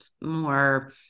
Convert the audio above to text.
more